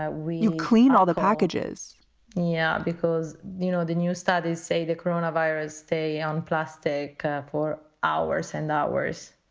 ah we clean all the packages yeah. because, you know, the new studies say the corona virus stay on plastic for hours and hours.